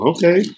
Okay